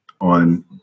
on